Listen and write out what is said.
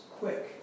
quick